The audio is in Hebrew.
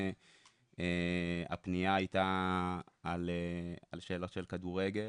אומנם, הפנייה הייתה על שאלה של כדורגל,